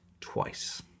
twice